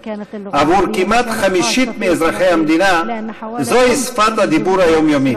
עבור כמעט חמישית מאזרחי המדינה זוהי שפת הדיבור היומיומית.